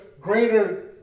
greater